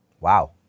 Wow